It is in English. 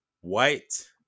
white